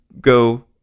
go